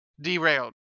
derailed